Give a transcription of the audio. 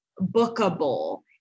bookable